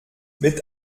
mit